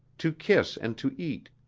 to kiss and to eat,